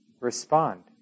respond